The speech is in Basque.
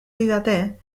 didate